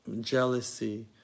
jealousy